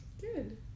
Good